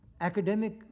academic